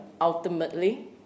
ultimately